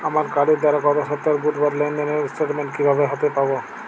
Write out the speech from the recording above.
আমার কার্ডের দ্বারা গত সপ্তাহের বুধবারের লেনদেনের স্টেটমেন্ট কীভাবে হাতে পাব?